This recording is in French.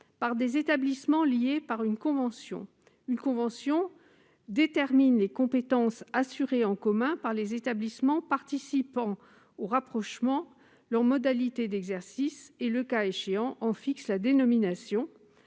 par des établissements liés par une convention ; une convention détermine alors les compétences exercées en commun par les établissements participant au rapprochement, leurs modalités d'exercice et, le cas échéant, en fixe la dénomination.